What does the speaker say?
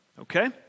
Okay